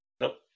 Nope